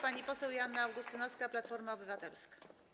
Pani poseł Joanna Augustynowska, Platforma Obywatelska.